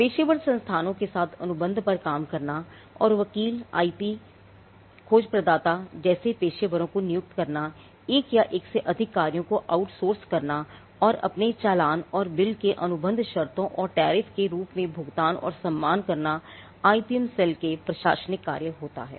पेशेवर संस्थानों के साथ अनुबंध पर काम करना और वकील आईपी वकील खोज प्रदाता जैसे पेशेवरों को नियुक्त करना एक या एक से अधिक कार्यों को आउटसोर्स के रूप में भुगतान और सम्मान करना आईपीएम सेल के प्रशासनिक कार्य होता हैं